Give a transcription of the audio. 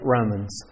Romans